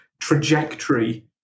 trajectory